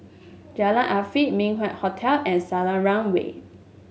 Jalan Afifi Min Wah Hotel and Selarang Way